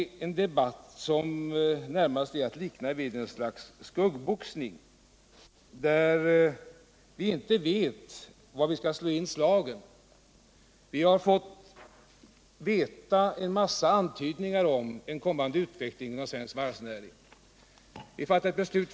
Denna debatt är närmast att likna vid ett slags skuggboxning, där vi — efter att ha hört en massa antydningar om kommande åtgärder inom svensk varvsnäring — inte vet var vi skall slå in slagen.